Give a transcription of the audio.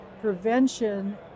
prevention